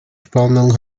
spannung